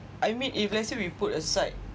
I mean if let's say we put aside